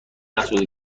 نسوخته